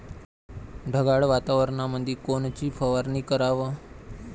ढगाळ वातावरणामंदी कोनची फवारनी कराव?